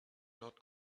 not